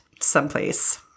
someplace